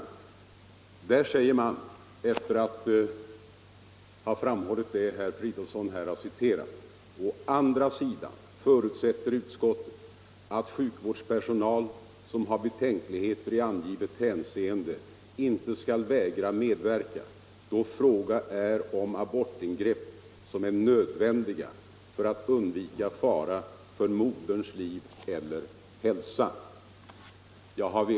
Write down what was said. Utskottet säger efter att ha framfört de synpunkter som herr Fridolfsson citerade: ”Å andra sidan förutsätter utskottet att sjukvårdspersonal som har betänkligheter i angivet hänseende inte skall vägra medverka då fråga är om abortingrepp som är nödvändiga för att undvika fara för moderns liv eller hälsa.” Herr talman!